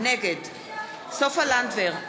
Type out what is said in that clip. נגד סופה לנדבר,